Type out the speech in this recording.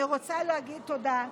אני רוצה להגיד תודה לחברי,